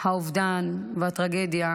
האובדן והטרגדיה,